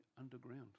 underground